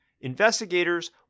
investigators